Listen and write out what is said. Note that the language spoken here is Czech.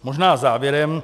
Možná závěrem.